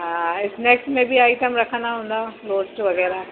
हा स्नैक्स में बि आइटम रखंदा हूंदव रोस्ट वग़ैरह